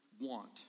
want